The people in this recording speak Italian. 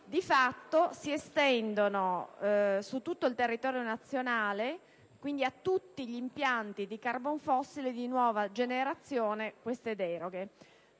di fatto si estendono tali deroghe su tutto il territorio nazionale, quindi a tutti gli impianti di carbon fossile di nuova generazione. Vorrei